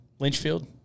Lynchfield